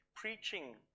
preaching